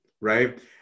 Right